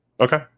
okay